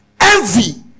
envy